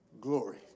glory